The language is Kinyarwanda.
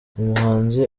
umuhanzi